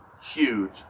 huge